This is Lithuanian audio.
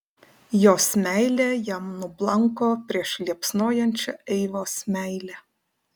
jos meilė jam nublanko prieš liepsnojančią eivos meilę